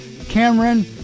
Cameron